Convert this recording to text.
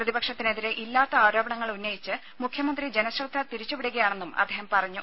പ്രതിപക്ഷത്തിനെതിരെ ഇല്ലാത്ത ആരോപണങ്ങൾ ഉന്നയിച്ച് മുഖ്യമന്ത്രി ജനശ്രദ്ധ തിരിച്ചു വിടുകയാണെന്നും അദ്ദേഹം പറഞ്ഞു